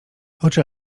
oczy